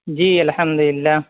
جی الحمد للہ